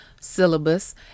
syllabus